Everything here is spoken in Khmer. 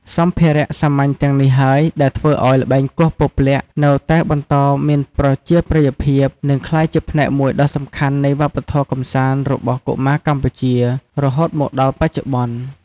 សម្ភារៈសាមញ្ញទាំងនេះហើយ ដែលធ្វើឱ្យល្បែងគោះពព្លាក់នៅតែបន្តមានប្រជាប្រិយភាព និងក្លាយជាផ្នែកមួយដ៏សំខាន់នៃវប្បធម៌កម្សាន្តរបស់កុមារកម្ពុជា រហូតមកដល់បច្ចុប្បន្ន។